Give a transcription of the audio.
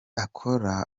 akora